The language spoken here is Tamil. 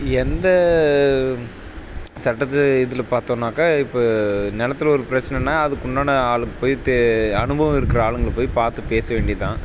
எந்த சட்டத்து இதில் பார்த்தோன்னாக்கா இப்போ நிலத்துல ஒரு பிரச்சினனா அதுக்குண்டான ஆளு போய் தே அனுபவம் இருக்கிற ஆளுங்களை போய் பார்த்து பேச வேண்டி தான்